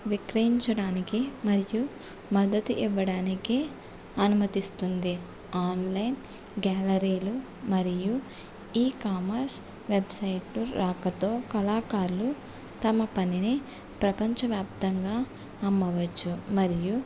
విక్రయించడానికి మరియు మద్దతి ఇవ్వడానికి అనుమతిస్తుంది ఆన్లైన్ గ్యాలరీలు మరియు ఈ కామర్స్ వెబ్సైటు రాకతో కళాకారులు తమ పనిని ప్రపంచవ్యాప్తంగా అమ్మవచ్చు మరియు